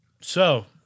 So-